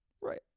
Right